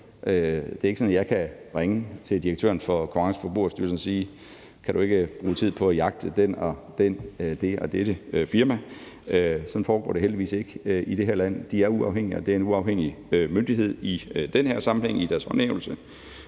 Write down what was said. Det er ikke sådan, at jeg kan ringe til direktøren for Konkurrence- og Forbrugerstyrelsen og sige: Kan du ikke bruge tid på at jagte det og det firma? Sådan foregår det heldigvis ikke i det her land. Det er en uafhængig myndighed i den her sammenhæng i deres håndhævelse.